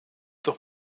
doch